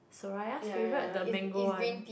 soraya's favourite the mango one